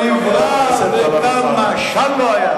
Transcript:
מה זה "לא היה"?